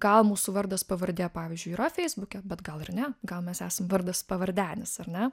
gal mūsų vardas pavardė pavyzdžiui yra feisbuke bet gal ir ne gal mes esam vardas pavardenis ar ne